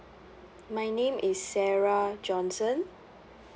my name is sarah johnson